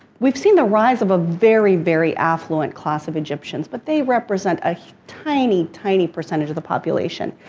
we've seen the rise of a very, very affluent class of egyptians, but they represent a tiny, tiny percentage of the population.